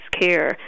care